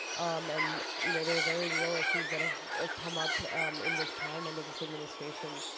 um and you know there were very real issues that have ah come up in this time, under this administration,